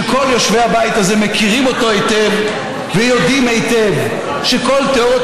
שכל יושבי הבית הזה מכירים אותו היטב ויודעים היטב שכל תיאוריות